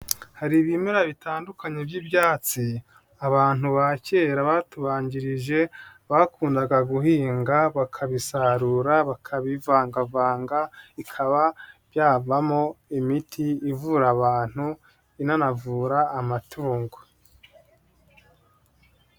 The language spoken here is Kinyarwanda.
Hari ibimera bitandukanye by'ibyatsi abantu ba kera batubanjirije, bakundaga guhinga bakabisarura bakabivangavanga bikaba byavamo imiti ivura abantu, inanavura amatungo.